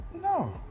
No